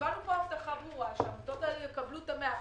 קיבלנו פה הבטחה ברורה שהעמותות האלה יקבלו את ה-100%.